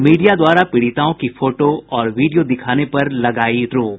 media द्वारा पीड़िताओं की फोटो और वीडियो दिखाने पर लगायी रोक